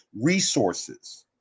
resources